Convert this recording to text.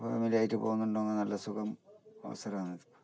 ഫാമിലിയായിട്ട് പോകുന്നുണ്ടെങ്കിൽ നല്ല സുഖം അവസരമാണ്